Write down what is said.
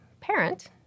parent